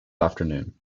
afternoon